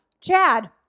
Chad